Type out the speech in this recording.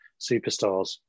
superstars